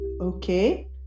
Okay